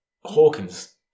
Hawkins